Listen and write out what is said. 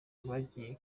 bagiye